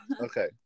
Okay